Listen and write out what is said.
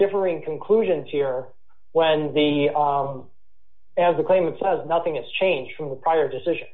differing conclusions here when as a claim it says nothing is changed from the prior decision